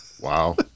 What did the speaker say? Wow